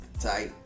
Tight